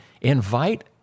invite